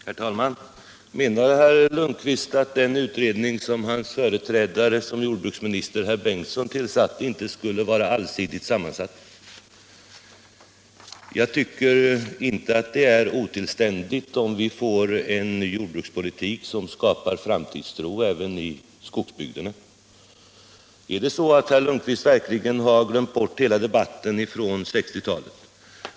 Herr talman! Menar herr Lundkvist att den utredning som tillsattes av hans företrädare som jordbruksminister, herr Ingemund Bengtsson, inte skulle vara allsidigt sammansatt? Jag tycker inte att det är otillständigt om vi får en ny jordbrukspolitik som skapar framtidstro även i skogsbygderna. Har herr Lundkvist verkligen glömt bort hela debatten från 1960-talet?